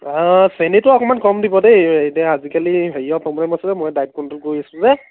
অঁ চেনিটো অকণমান কম দিব দেই এই এতিয়া আজিকালি হেৰিয়ৰ প্ৰব্লেম আছে যে মই ডায়েট কন্ট্ৰ'ল কৰি আছো যে